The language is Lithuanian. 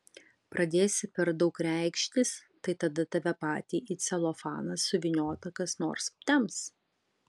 pradėsi per daug reikštis tai tada tave patį į celofaną suvyniotą kas nors temps